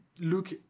look